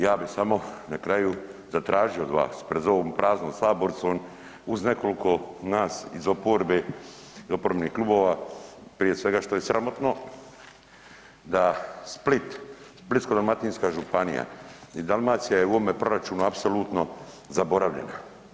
Ja bi samo na kraju zatražio od vas pred ovom praznom sabornicom uz nekoliko nas iz oporbe, iz oporbenih klubova prije svega što je sramotno da Split, Splitsko-dalmatinska županija i Dalmacija je u ovome proračunu apsolutno zaboravljena.